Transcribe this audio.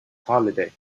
holiday